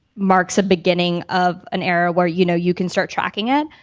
marks a beginning of an era where, you know you can start tracking it.